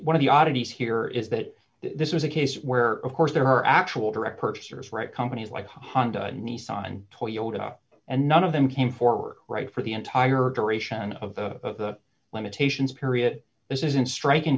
one of the oddities here is that this was a case where of course there are actual direct purchasers right companies like honda nissan toyota and none of them came forward right for the entire duration of the limitations period this is in striking